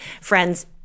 friends